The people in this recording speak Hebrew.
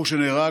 הבחור שנהרג,